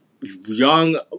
young